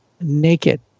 naked